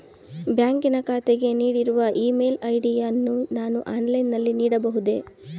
ಬ್ಯಾಂಕಿನ ಖಾತೆಗೆ ನೀಡಿರುವ ಇ ಮೇಲ್ ಐ.ಡಿ ಯನ್ನು ನಾನು ಆನ್ಲೈನ್ ನಲ್ಲಿ ನೀಡಬಹುದೇ?